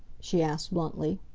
she asked bluntly.